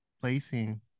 placing